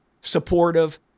supportive